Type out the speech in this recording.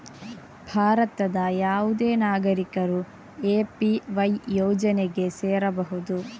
ಭಾರತದ ಯಾವುದೇ ನಾಗರಿಕರು ಎ.ಪಿ.ವೈ ಯೋಜನೆಗೆ ಸೇರಬಹುದು